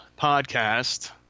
Podcast